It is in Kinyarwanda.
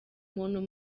umuntu